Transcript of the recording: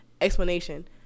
explanation